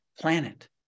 planet